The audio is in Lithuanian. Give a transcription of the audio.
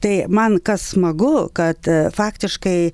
tai man kas smagu kad faktiškai